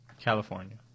California